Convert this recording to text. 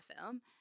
film